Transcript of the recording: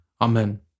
Amen